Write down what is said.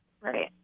Right